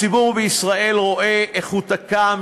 הציבור בישראל רואה איך הוא תקע,